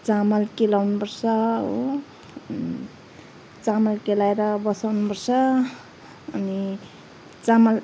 चामल केलाउनु पर्छ हो चामल केलाएर बसाउनु पर्छ अनि चामल